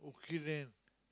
okay then